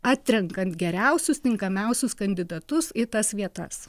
atrenkant geriausius tinkamiausius kandidatus į tas vietas